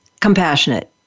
compassionate